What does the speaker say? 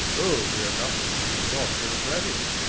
oh, we are nothing if not democratic!